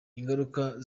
ingaruka